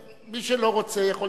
מי שלא רוצה, יכול לדבר,